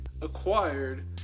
acquired